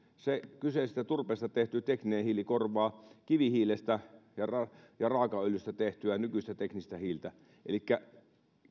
se kyseisestä turpeesta tehty tekninen hiili korvaa kivihiilestä ja ja raakaöljystä tehtyä nykyistä teknistä hiiltä elikkä